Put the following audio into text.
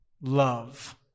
Love